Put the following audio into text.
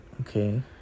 Okay